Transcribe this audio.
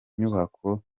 nyubako